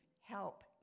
help